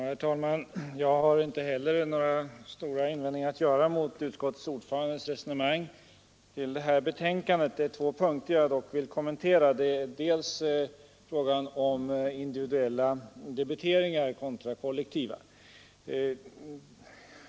Herr talman! Jag har inte heller några stora invändningar att göra mot utskottsordförandens resonemang, men det är ändå två saker som jag vill kommentera litet. Den första är frågan om individuella debiteringar kontra kollektiva.